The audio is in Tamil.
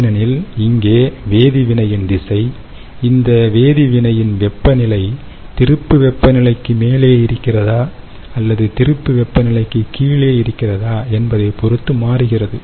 ஏனெனில் இங்கே வேதிவினையின் திசைஇந்த வேதிவினையின் வெப்பநிலைதிருப்பு வெப்பநிலைக்கு மேலே இருக்கிறதா அல்லது திருப்பு வெப்பநிலைக்கு கீழே இருக்கிறதா என்பதைப் பொறுத்து மாறுகிறது